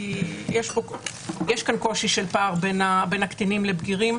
כי יש כאן קושי של פער בין הקטינים לבגירים,